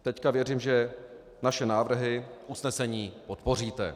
Teď věřím, že naše návrhy usnesení podpoříte.